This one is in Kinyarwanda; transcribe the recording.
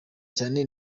cyane